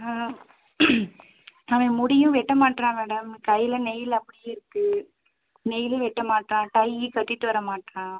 அவன் முடியும் வெட்ட மாட்டேறான் மேடம் கையில் நெயில் அப்படியே இருக்குது நெயிலும் வெட்ட மாட்டேறான் டைய்யி கட்டிகிட்டு வர மாட்டேறான்